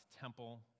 temple